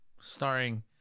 starring